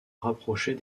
rapprocher